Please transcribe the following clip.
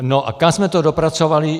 No a kam jsme to dopracovali?